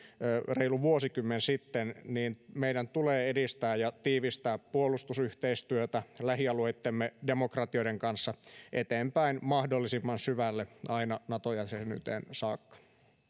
reilu vuosikymmen sitten meidän tulee edistää ja tiivistää puolustusyhteistyötä lähialueittemme demokratioiden kanssa eteenpäin mahdollisimman syvälle aina nato jäsenyyteen saakka